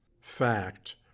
Fact